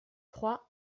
trois